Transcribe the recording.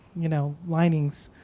you know, linings,